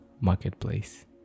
marketplace